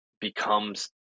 becomes